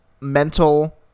mental